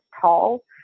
tall